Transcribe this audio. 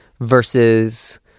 versus